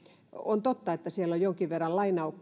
on totta että siellä ovat jonkin verran